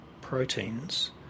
proteins